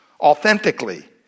authentically